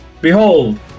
Behold